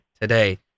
today